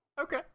Okay